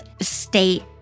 state